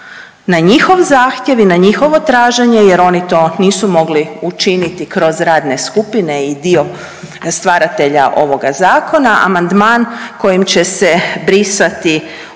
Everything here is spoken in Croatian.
na njihov zahtjev i na njihovo traženje jer oni to nisu mogli učiniti kroz radne skupine i dio stvaratelja ovoga zakona. Amandman kojim će se brisati ovo